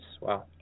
Wow